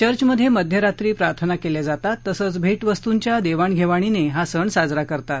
चर्चमध्ये मध्यरात्री प्रार्थना केल्या जातात तसंच भेटवस्तूंच्या देवाण घेवाणीने हा सण साजरा करतात